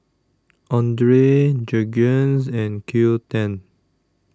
Andre Jergens and Qoo ten